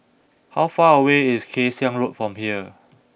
how far away is Kay Siang Road from here